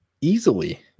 Easily